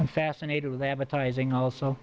i'm fascinated with advertising also